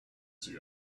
see